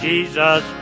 Jesus